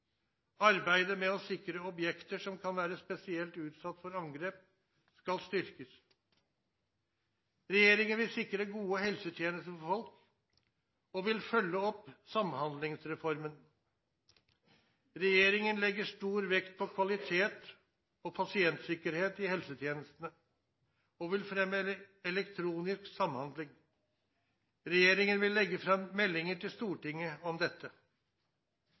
Arbeidet med å sikre objekter som kan være spesielt utsatt for angrep, skal styrkes. Regjeringen vil sikre gode helsetjenester for folk og vil følge opp Samhandlingsreformen. Regjeringen legger stor vekt på kvalitet og pasientsikkerhet i helsetjenestene og vil fremme elektronisk samhandling. Regjeringen vil legge fram meldinger til Stortinget om dette.